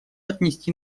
отнести